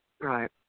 Right